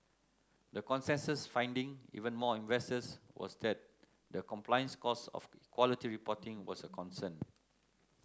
the consensus finding even among investors was that the compliance costs of quality reporting was a concern